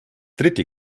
dritte